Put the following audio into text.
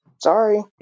Sorry